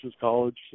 College